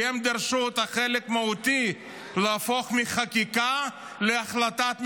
כי הם דרשו להפוך את החלק המהותי מחקיקה להחלטת ממשלה.